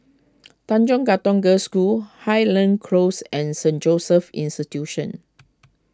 Tanjong Katong Girls' School Highland Close and Saint Joseph's Institution